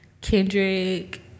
Kendrick